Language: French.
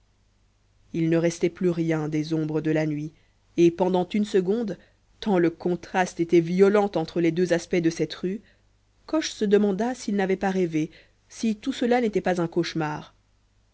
il ne restait plus rien des ombres de la nuit et pendant une seconde tant le contraste était violent entre les deux aspects de cette rue coche se demanda s'il n'avait pas rêvé si tout cela n'était pas un cauchemar